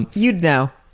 you'd know.